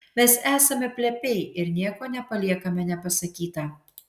mes esame plepiai ir nieko nepaliekame nepasakyta